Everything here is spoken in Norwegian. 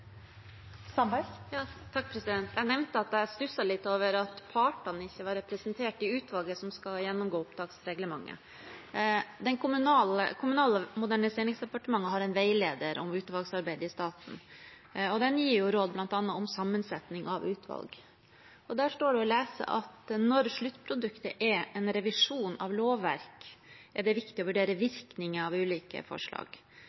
Jeg nevnte at jeg stusset litt over at partene ikke var representert i utvalget som skal gjennomgå opptaksreglementet. Kommunal- og moderniseringsdepartementet har en veileder om utvalgsarbeidet i staten. Den gir råd bl.a. om sammensetning av utvalg. Der står det å lese at når sluttproduktet er en revisjon av et lovverk, er det «viktig å vurdere virkninger av ulike forslag».